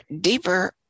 deeper